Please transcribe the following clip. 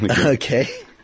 Okay